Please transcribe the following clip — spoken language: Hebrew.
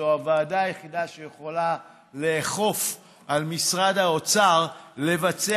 זו הוועדה היחידה שיכולה לאכוף על משרד האוצר לבצע,